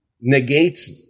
negates